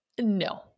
No